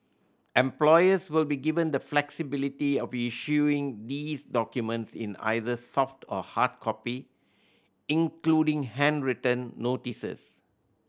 employers will be given the flexibility of issuing these documents in either soft or hard copy including handwritten notices